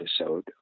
episode